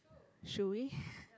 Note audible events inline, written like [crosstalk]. should we [breath]